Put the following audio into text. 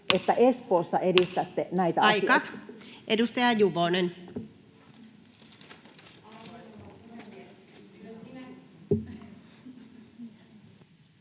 että Espoossa edistätte näitä